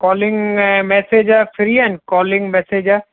calling ऐं message free आहिनि calling message